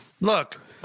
Look